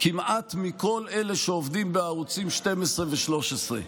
כמעט מכל אלה שעובדים בערוצים 12 ו-13.